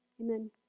Amen